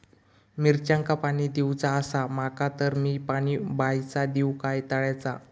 मिरचांका पाणी दिवचा आसा माका तर मी पाणी बायचा दिव काय तळ्याचा?